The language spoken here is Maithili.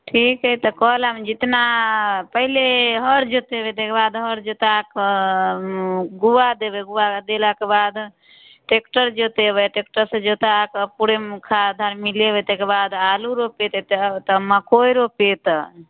ठीक अइ तऽ कऽ लेब जितना पहिले हर जोतेबै तकर बाद हर जोता कऽ गुआ देबै गुआ देलाके बाद ट्रैक्टर जोतेबै ट्रैक्टरसँ जोता कऽ पूरेमे खाद आओर मिलेबै तकर बाद आलू रोपेतै तऽ मक्कइ रोपेतै